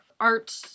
art